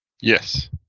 yes